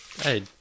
hey